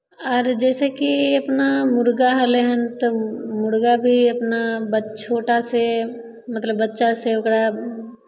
आर जैसे कि अपना मुर्गा होलै हन तऽ ओ मुर्गा भी अपना ब् छोटासँ मतलब बच्चासँ ओकरा